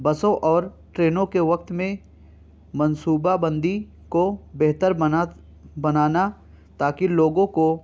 بسوں اور ٹرینوں کے وقت میں منصوبہ بندی کو بہتر بنات بنانا تا کہ لوگوں کو